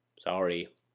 sorry